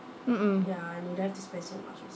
mm mm